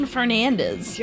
Fernandez